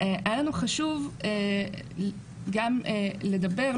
היה לנו חשוב גם לדבר,